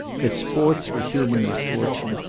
that sports with human misfortune,